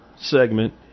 segment